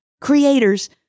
creators